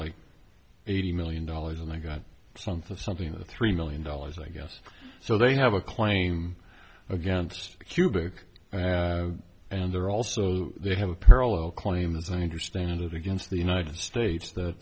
like eighty million dollars and i got something something three million dollars i guess so they have a claim against kubic and there also they have a parallel claim as i understand it against the united states that